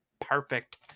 perfect